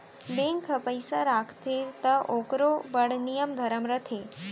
bank ह पइसा राखथे त ओकरो बड़ नियम धरम रथे